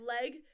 leg